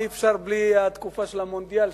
אי-אפשר בלי לציין את המונדיאל,